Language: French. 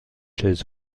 chaises